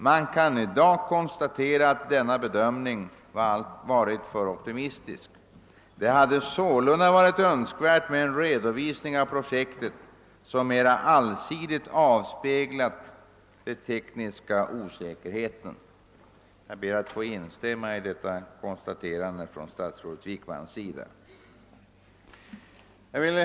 Man kan i dag konstatera att denna bedömning varit för optimistisk. Det hade sålunda varit önskvärt med en redovisning av projektet, som mera allsidigt avspeglat de tekniska osäkerheterna.> Jag ber att få instämma i detta statsrådet Wickmans konstaterande.